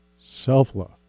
self-love